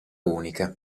unica